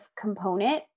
component